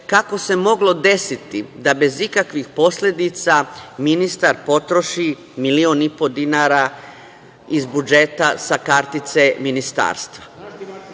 kako se moglo desiti da bez ikakvih posledica ministar potroši milion i po dinara iz budžeta sa kartice Ministarstva? Drugo